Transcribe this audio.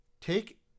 take